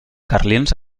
carlins